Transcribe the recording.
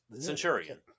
Centurion